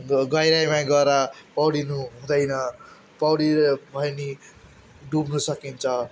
ग गहिराइमा गएर पौडिनु हुँदैन पौडियो भने डुब्नु सकिन्छ